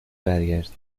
برگردید